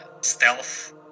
stealth